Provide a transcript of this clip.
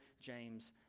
James